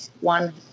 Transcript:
one